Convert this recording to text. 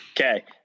Okay